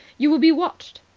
you will be watched.